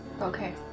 Okay